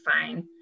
Fine